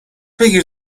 بگیر